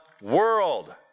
world